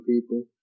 people